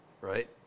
right